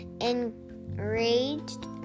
enraged